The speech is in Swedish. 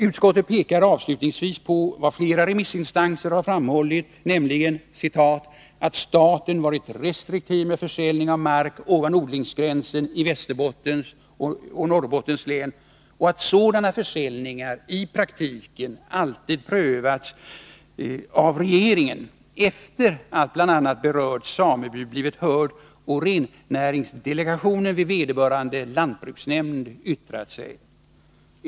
Utskottet pekar avslutningsvis på vad flera remissinstanser framhållit, nämligen ”att staten varit restriktiv med försäljning av mark ovanför odlingsgränsen i Västerbottens och Norrbottens län och att sådana försäljningar i praktiken alltid prövats av regeringen efter att bl.a. berörd sameby blivit hörd och rennäringsdelegationen vid vederbörande lantbruksnämnd yttrat sig.